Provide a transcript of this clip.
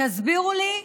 תסבירו לי,